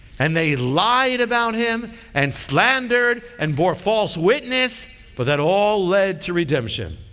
and they lied about him and slandered and bore false witness. but that all led to redemption.